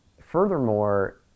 furthermore